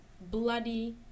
Bloody